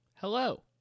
Hello